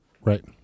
Right